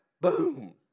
Boom